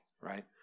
right